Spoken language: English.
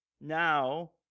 Now